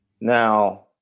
Now